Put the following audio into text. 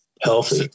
healthy